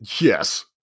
Yes